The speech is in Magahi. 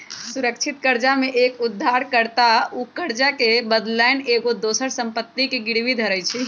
सुरक्षित करजा में एक उद्धार कर्ता उ करजा के बदलैन एगो दोसर संपत्ति के गिरवी धरइ छइ